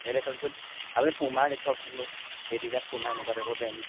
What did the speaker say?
এই দেখুৱাওকচোন আগে পুমাৰ দেখুৱাওকচোন বাৰু এডিডাছ পুমা এনেকুৱা টাইপৰ ব্ৰেণ্ড